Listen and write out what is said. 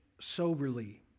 soberly